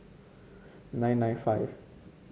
nine nine five